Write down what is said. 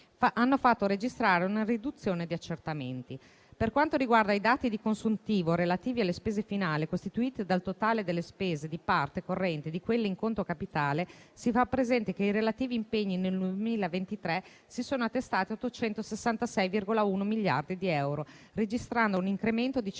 hanno fatto registrare una riduzione di accertamenti. Per quanto riguarda i dati di consuntivo relativi alle spese finali, costituite dal totale delle spese di parte corrente e di quelle in conto capitale, si fa presente che i relativi impegni nel 2023 si sono attestati a 866,1 miliardi di euro, registrando un incremento di circa